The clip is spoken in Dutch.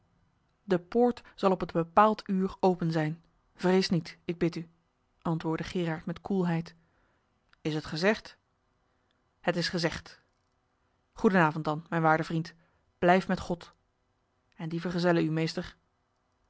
de poort zal op het bepaald uur open zijn vrees niet ik bid u antwoordde geeraert met koelheid is het gezegd het is gezegd goedenavond dan mijn waarde vriend blijf met god en die vergezelle u meester